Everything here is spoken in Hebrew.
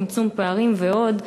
צמצום פערים ועוד.